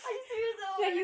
are you serious